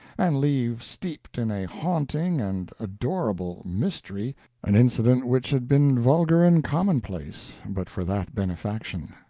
and leave steeped in a haunting and adorable mystery an incident which had been vulgar and commonplace but for that benefaction.